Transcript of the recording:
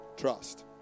trust